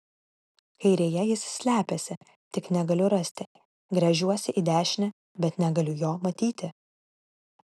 kairėje jis slepiasi tik negaliu rasti gręžiuosi į dešinę bet negaliu jo matyti